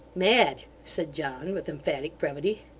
mad, said john, with emphatic brevity.